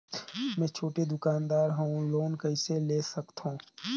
मे छोटे दुकानदार हवं लोन कइसे ले सकथव?